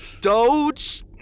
Doge